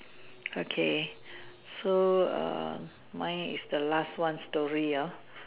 okay so err mine is the last one story hor